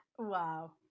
Wow